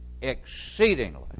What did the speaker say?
exceedingly